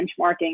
benchmarking